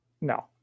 No